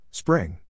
Spring